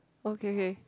okay okay